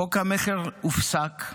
חוק המכר הופסק.